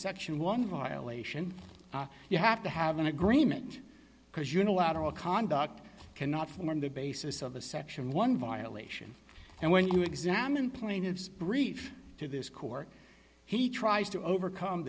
section one violation you have to have an agreement because unilateral conduct cannot form the basis of a section one violation and when you examine plaintiff's brief to this court he tries to overcome